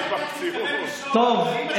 טוב.